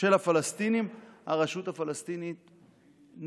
של הפלסטינים, הרשות הפלסטינית נאלצה,